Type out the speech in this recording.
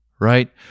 right